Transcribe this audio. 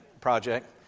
Project